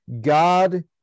God